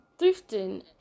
thrifting